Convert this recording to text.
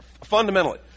fundamentally